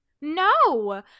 No